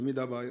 ותמיד אבא,